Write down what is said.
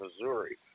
Missouri